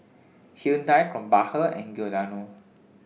Hyundai Krombacher and Giordano